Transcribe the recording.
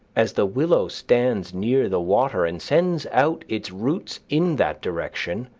as the willow stands near the water and sends out its roots in that direction.